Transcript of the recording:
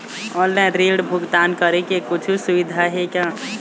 Online ऋण भुगतान करे के कुछू सुविधा हे का?